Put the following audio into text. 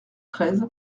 treize